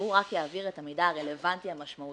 והוא רק יעביר את המידע הרלוונטי המשמעותי